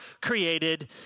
created